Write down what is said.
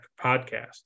podcast